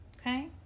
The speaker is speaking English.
okay